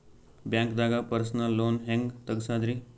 ಬ್ಯಾಂಕ್ದಾಗ personal loan ಹೆಂಗ್ ತಗ್ಸದ್ರಿ?